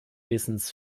wissens